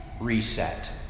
reset